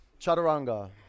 Chaturanga